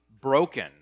broken